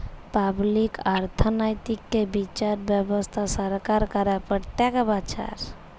public অর্থনৈতিক্যে বিচার ব্যবস্থা সরকার করে প্রত্যক বচ্ছর